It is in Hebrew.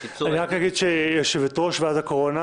אני רק אגיד, שיושבת-ראש ועדת הקורונה